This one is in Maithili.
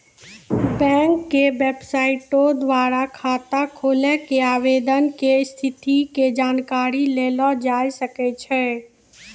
बैंक के बेबसाइटो द्वारा खाता खोलै के आवेदन के स्थिति के जानकारी लेलो जाय सकै छै